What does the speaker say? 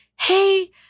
hey